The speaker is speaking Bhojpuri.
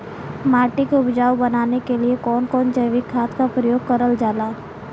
माटी के उपजाऊ बनाने के लिए कौन कौन जैविक खाद का प्रयोग करल जाला?